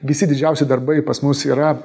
visi didžiausi darbai pas mus yra